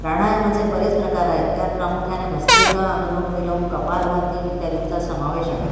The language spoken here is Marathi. प्राणायामाचे बरेच प्रकार आहेत त्यात प्रमुख्याने भस्रिका अनुलोम विलोम कपालभाती इत्यादीचा समावेश आहे